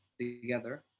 together